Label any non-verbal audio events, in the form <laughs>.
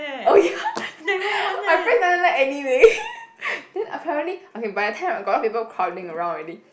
oh ya <laughs> I press nine nine nine anyway <laughs> then apparently okay by that time got a lot of people crowding around already